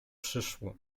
przyszło